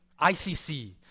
icc